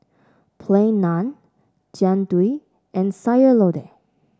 Plain Naan Jian Dui and Sayur Lodeh